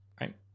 right